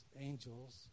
angels